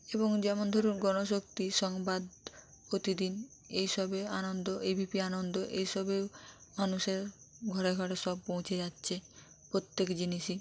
এবং যেমন ধরুন গণশক্তি সংবাদ প্রতিদিন এই সবে আনন্দ এবিপি আনন্দ এই সবেও মানুষের ঘরে ঘরে সব পৌঁছে যাচ্ছে প্রত্যেক জিনিসই